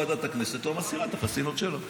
ועדת הכנסת לא מסירה את החסינות שלו.